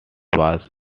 was